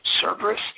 Cerberus